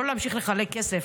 לא להמשיך לחלק כסף.